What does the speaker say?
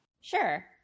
Sure